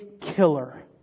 killer